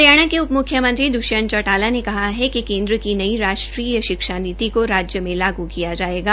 हरियाणा के उप मुख्यमंत्री दृष्यंत चौटाला ने कहा है कि केन्द्र की नई राष्ट्रीय शिक्षा नीति को राज्य में लागू किया जायेगा